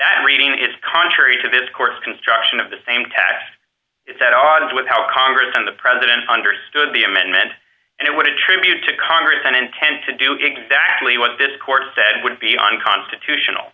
that reading is contrary to the court's construction of the same test it's at odds with how congress and the president understood the amendment and it would attribute to congress an intent to do exactly what this court said would be unconstitutional